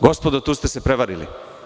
Gospodo, tu ste se prevarili.